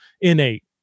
innate